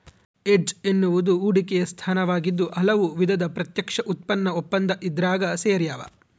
hedge ಎನ್ನುವುದು ಹೂಡಿಕೆಯ ಸ್ಥಾನವಾಗಿದ್ದು ಹಲವು ವಿಧದ ಪ್ರತ್ಯಕ್ಷ ಉತ್ಪನ್ನ ಒಪ್ಪಂದ ಇದ್ರಾಗ ಸೇರ್ಯಾವ